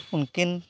ᱩᱱᱠᱤᱱ